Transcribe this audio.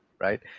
right